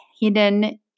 hidden